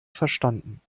verstanden